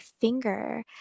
finger